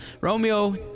Romeo